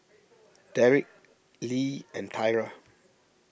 Derik Leigh and Tyra